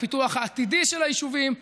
לפיתוח העתידי של היישובים,